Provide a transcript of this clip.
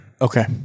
Okay